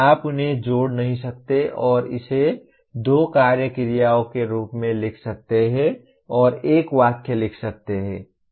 आप उन्हें जोड़ नहीं सकते और इसे दो कार्य क्रियाओं के रूप में लिख सकते हैं और एक वाक्य लिख सकते हैं